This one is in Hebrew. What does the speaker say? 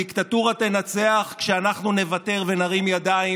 הדיקטטורה תנצח כשאנחנו נוותר ונרים ידיים.